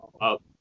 up